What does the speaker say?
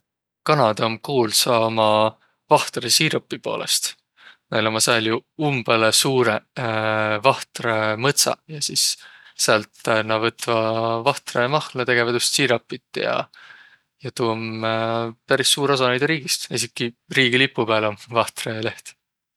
Kanada om kuulsa uma vahtrõtsiirobi poolõst. Näil ommaq sääl jo umbõlõ suurõq vahtrõ mõtsaq. Ja sis säält nä võtvaq vahtrõmahla, tegeväq tuust tsiiropit ja. Ja tuu om peris suur osa näide riigist. Esiki riigilipu pääl om vahtrõleht.